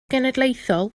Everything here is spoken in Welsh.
genedlaethol